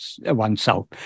oneself